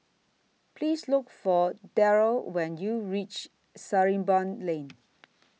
Please Look For Daryle when YOU REACH Sarimbun Lane